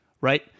right